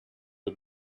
the